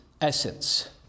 essence